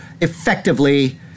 effectively